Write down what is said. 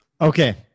Okay